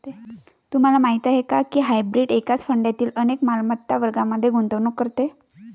तुम्हाला माहीत आहे का की हायब्रीड एकाच फंडातील अनेक मालमत्ता वर्गांमध्ये गुंतवणूक करते?